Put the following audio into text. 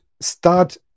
start